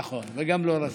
נכון, וגם לא רצית.